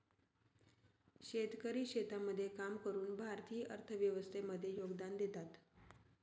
शेतकरी शेतामध्ये काम करून भारतीय अर्थव्यवस्थे मध्ये योगदान देतात